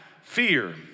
fear